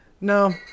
No